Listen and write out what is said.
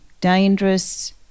dangerous